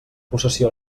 possessió